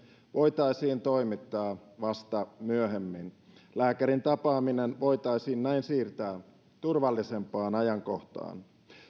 voitaisiin toimittaa vasta myöhemmin lääkärin tapaaminen voitaisiin näin siirtää turvallisempaan ajankohtaan